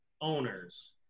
owners